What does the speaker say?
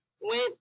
went